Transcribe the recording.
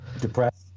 depressed